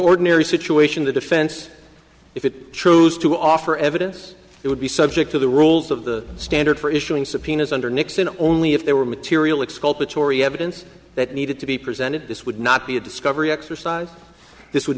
ordinary situation the defense if it chose to offer evidence it would be subject to the rules of the standard for issuing subpoenas under nixon only if there were material exculpatory evidence that needed to be presented this would not be a discovery exercise this would